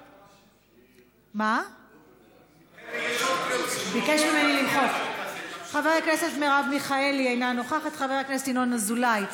חבר הכנסת אילן גילאון,